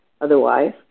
otherwise